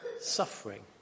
suffering